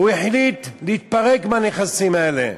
הוא החליט להתפרק מהנכסים האלה,